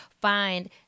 find